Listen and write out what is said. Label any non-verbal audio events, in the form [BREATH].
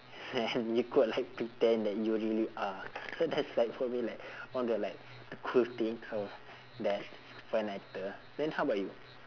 and you could like pretend that you really are so that's like for me like [BREATH] one of the like the cool things for that for an actor then how about you